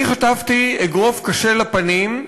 אני חטפתי אגרוף קשה לפנים,